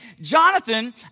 Jonathan